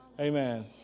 Amen